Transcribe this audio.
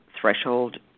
threshold